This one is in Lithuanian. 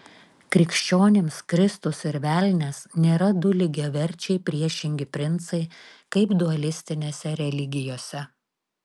krikščionims kristus ir velnias nėra du lygiaverčiai priešingi princai kaip dualistinėse religijose